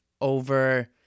over